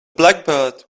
blackbird